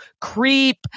creep